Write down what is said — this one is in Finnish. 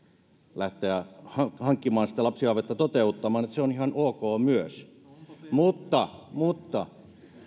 lähteä lapsia hankkimaan lapsihaavetta toteuttamaan se on ihan ok myös mutta mutta